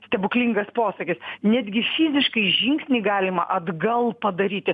stebuklingas posakis netgi fiziškai žingsnį galima atgal padaryti